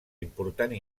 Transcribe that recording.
important